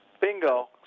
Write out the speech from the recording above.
Bingo